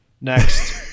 next